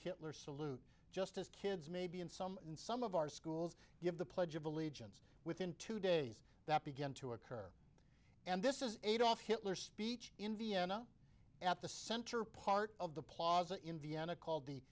hitler salute just as kids maybe and some in some of our schools give the pledge of allegiance within two days that began to occur and this is adolf hitler speech in vienna at the center part of the plaza in vienna called the